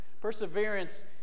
Perseverance